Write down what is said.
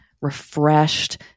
refreshed